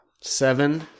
Seven